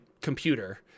computer